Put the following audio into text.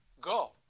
Go